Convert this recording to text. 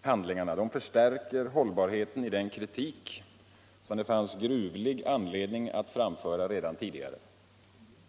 handlingar förstärker hållbarheten i den kritik det fanns anledning att framföra redan tidigare.